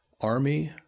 army